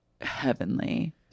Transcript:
heavenly